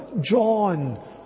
John